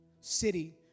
city